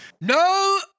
No